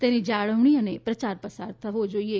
તેની જાળવણી તથા પ્રચાર પ્રસાર થવો જોઇએ